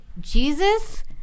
Jesus